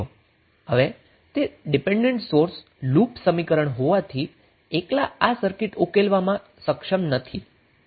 હવે તે dependent source loop સમીકરણ હોવાથી એક્લા આ સર્કિટ ઉકેલવામાં સક્ષમ નથી